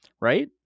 right